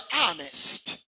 honest